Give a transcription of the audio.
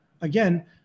again